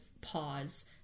Pause